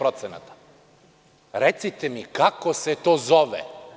Recite mi, kako se to zove?